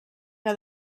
que